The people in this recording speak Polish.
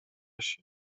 się